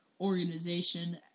organization